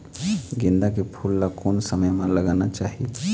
गेंदा के फूल ला कोन समय मा लगाना चाही?